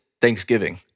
Thanksgiving